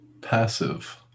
passive